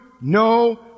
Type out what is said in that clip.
no